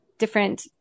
different